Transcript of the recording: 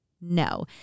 No